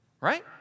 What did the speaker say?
Right